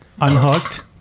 Unhooked